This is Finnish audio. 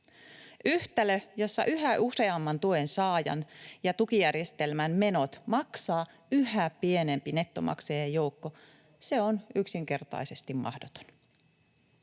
Yhtälö, jossa yhä useamman tuensaajan ja tukijärjestelmän menot maksaa yhä pienempi nettomaksajajoukko, on yksinkertaisesti mahdoton.